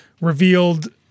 revealed –